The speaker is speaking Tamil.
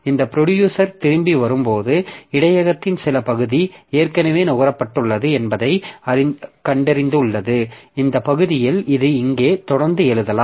இந்த ப்ரொடியூசர் திரும்பி வரும்போது இடையகத்தின் சில பகுதி ஏற்கனவே நுகரப்பட்டுள்ளது என்பதைக் கண்டறிந்துள்ளது இந்த பகுதியில் இது இங்கே தொடர்ந்து எழுதலாம்